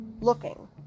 looking